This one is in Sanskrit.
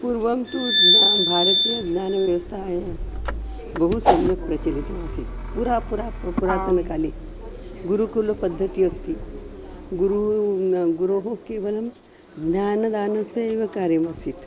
पूर्वं तु ज्ञा भारतीयज्ञानव्यवस्था बहु सम्यक् प्रचलिता आसीत् पुरा पुरा पुरातनकाले गुरुकुलपद्धतिः अस्ति गुरूणां गुरोः केवलं ज्ञानदानस्य एव कार्यमासीत्